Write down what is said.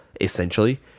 essentially